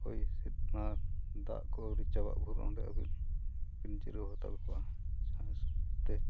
ᱦᱚᱭᱦᱤᱸᱥᱤᱫ ᱚᱱᱟ ᱫᱟᱜ ᱠᱚ ᱟᱹᱣᱨᱤ ᱪᱟᱵᱟᱜ ᱵᱷᱩᱨ ᱚᱸᱰᱮ ᱟᱹᱵᱤᱱ ᱵᱤᱱ ᱡᱤᱨᱟᱹᱣ ᱦᱟᱛᱟᱲ ᱠᱚᱜᱼᱟ ᱡᱟᱦᱟᱸ ᱥᱮᱫᱛᱮ